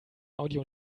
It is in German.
audio